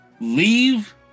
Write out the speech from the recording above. Leave